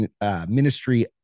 Ministry